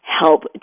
help